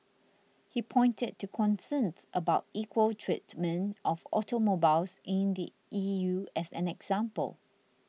he pointed to concerns about equal treatment of automobiles in the E U as an example